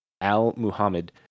Al-Muhammad